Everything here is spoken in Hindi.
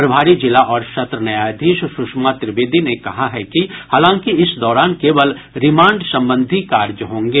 प्रभारी जिला और सत्र न्यायाधीश सुषमा त्रिवेदी ने कहा है कि हालांकि इस दौरान केवल रिमांड संबंधी कार्य होंगे